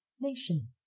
nation